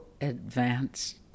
advanced